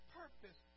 purpose